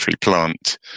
plant